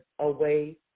away